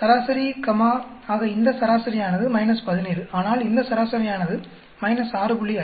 சராசரி கம்மா ஆக இந்த சராசரி ஆனது - 17 ஆனால் இந்த சராசரி ஆனது 6